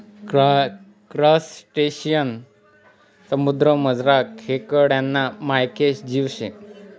crustacean समुद्रमझारना खेकडाना मायेक जीव शे